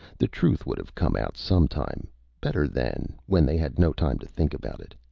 the truth would have come out sometime better then, when they had no time to think about it.